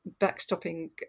backstopping